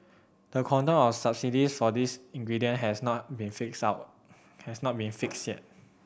the quantum of subsidies for these ingredient has not been fixed out has not been fixed yet